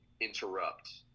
interrupt